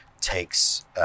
takes